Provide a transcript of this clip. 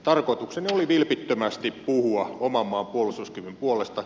tarkoitukseni oli vilpittömästi puhua oman maan puolustuskyvyn puolesta